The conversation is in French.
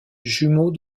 jumeaux